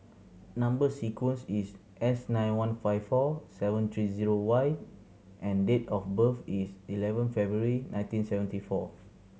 number sequence is S nine one five four seven three zero Y and date of birth is eleven February nineteen seventy four